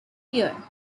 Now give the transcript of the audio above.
year